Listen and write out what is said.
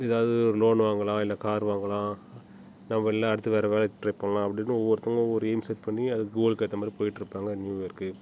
எதாவது லோன் வாங்கலாம் இல்லை கார் வாங்கலாம் நம்ம இல்லனா அடுத்து வேறு வேலைக்கு ட்ரை பண்ணலாம் அப்படினு ஒவ்வொருத்தவங்க ஒவ்வொரு எயிம் செட் பண்ணி அதுக்கு கோல்க்கு ஏற்ற மாதிரி போய்ட்டுருப்பாங்க நியூஇயர்க்கு